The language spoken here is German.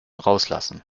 rauslassen